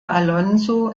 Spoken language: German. alonso